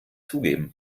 zugeben